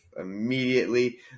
immediately